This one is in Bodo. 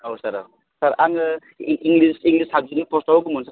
औ सार औ सार आङो इंलिस इंलिस साबजेक्टनि पस्टआव होगौमोन सार